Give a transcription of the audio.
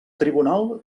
tribunal